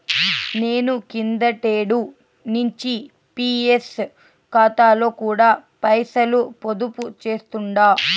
నేను కిందటేడు నించి పీఎఫ్ కాతాలో కూడా పైసలు పొదుపు చేస్తుండా